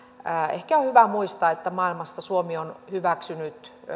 ehkä on hyvä muistaa että maailmassa suomi on hyväksynyt